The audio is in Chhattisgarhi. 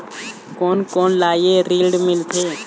कोन कोन ला ये ऋण मिलथे?